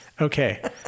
Okay